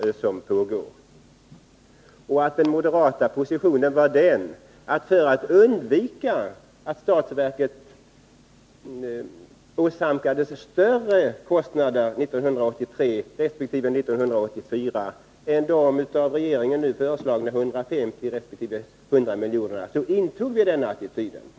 Den moderata positionen att hålla fast vid den attityden var föranledd av att vi ville undvika att statsverket åsamkades större kostnader för 1983 eller 1984 än de av regeringen nu föreslagna 150 resp. 100 miljonerna.